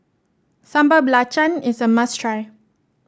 Sambal Belacan is a must try